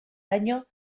año